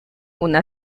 una